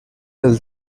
del